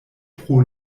pro